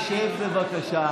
צודקת.